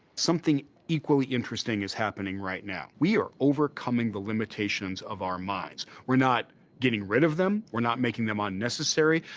something equally interesting is happening right now. we are overcoming the limitations of our minds. we're not getting rid of them, we're not making them ah unnecessary,